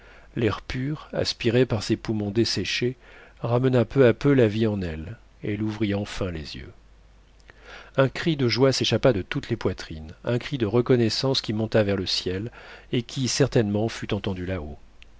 l'air pur aspiré par ses poumons desséchés ramena peu à peu la vie en elle elle ouvrit enfin les yeux un cri de joie s'échappa de toutes les poitrines un cri de reconnaissance qui monta vers le ciel et qui certainement fut entendu là-haut